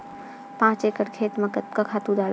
पांच एकड़ खेत म कतका खातु डारबोन?